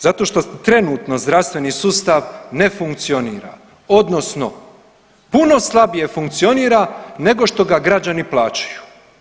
Zato što trenutno zdravstveni sustav ne funkcionira, odnosno puno slabije funkcionira nego što ga građani plaćaju.